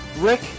Rick